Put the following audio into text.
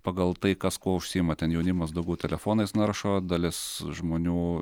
pagal tai kas kuo užsiima ten jaunimas daugiau telefonais naršo dalis žmonių